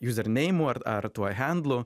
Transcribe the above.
jūzerneimu ar ar tuo hendlu